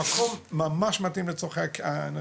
המקום ממש מתאים לצרכי האנשים,